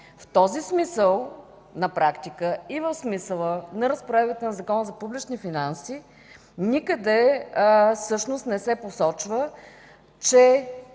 В този смисъл на практика и в смисъла на разпоредбата на Закона за публичните финанси никъде не се посочва, че